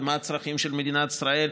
ומה הצרכים של מדינת ישראל.